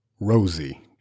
Rosie